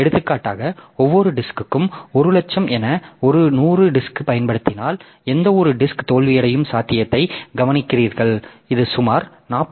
எடுத்துக்காட்டாக ஒவ்வொரு டிஸ்க்க்கும் 100000 என ஒரு 100 டிஸ்க் பயன்படுத்தினால் எந்த ஒரு டிஸ்க் தோல்வியடையும் சாத்தியத்தை கவனிக்கிறீர்கள் இது சுமார் 41